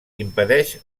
impedeix